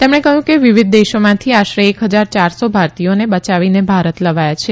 તેમણે કહયું કે વિવિધ દેશોમાંથી આશરે એક હજાર ચારસો ભારતીથોને બયાવીને ભારત લવાયા છે